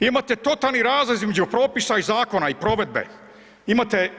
Imate totalni razlaz između propisa i zakona i provedbe.